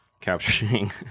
Capturing